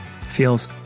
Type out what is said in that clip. feels